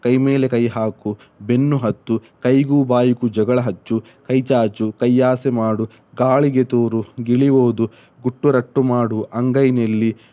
ಕೈ ಮೇಲೆ ಕೈ ಹಾಕು ಬೆನ್ನು ಹತ್ತು ಕೈಗೂ ಬಾಯಿಗೂ ಜಗಳ ಹಚ್ಚು ಕೈ ಚಾಚು ಕೈಯಾಸೆ ಮಾಡು ಗಾಳಿಗೆ ತೂರು ಗಿಳಿ ಓದು ಗುಟ್ಟು ರಟ್ಟು ಮಾಡು ಅಂಗೈ ನೆಲ್ಲಿ